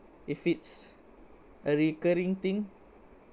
if it's a recurring thing